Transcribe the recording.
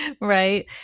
Right